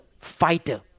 fighter